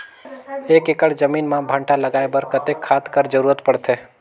एक एकड़ जमीन म भांटा लगाय बर कतेक खाद कर जरूरत पड़थे?